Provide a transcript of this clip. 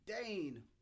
Dane